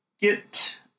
get